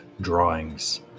drawings